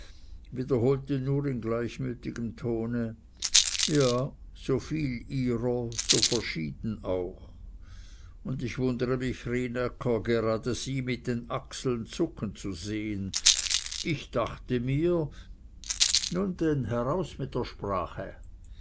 wiederholte nur in gleichmütigem tone ja soviel ihrer so verschieden auch und ich wundre mich rienäcker gerade sie mit den achseln zucken zu sehn ich dachte mir nun denn heraus mit der sprache